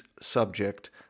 subject